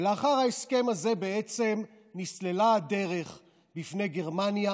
ולאחר ההסכם הזה בעצם נסללה הדרך בפני גרמניה